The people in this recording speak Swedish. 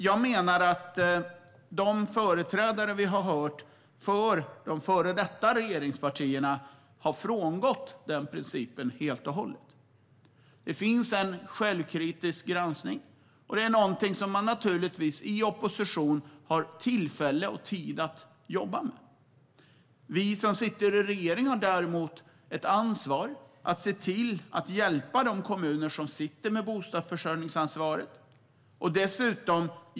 Jag menar att de företrädare för de före detta regeringspartierna som vi i dag hört har frångått den principen helt och hållet. Det finns en självkritisk granskning, och det är något som man i opposition har tillfälle till och tid att jobba med. Vi som sitter i regeringen har däremot ett ansvar att hjälpa de kommuner som har ett bostadsförsörjningsansvar.